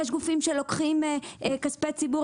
יש גופים שלוקחים כספי ציבור,